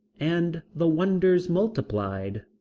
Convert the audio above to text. and the wonders multiplied.